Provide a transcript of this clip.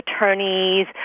attorneys